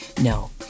No